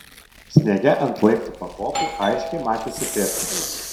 sniege ant laiptų pakopų aiškiai matėsi pėdsakai